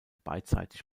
beidseitig